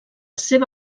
seva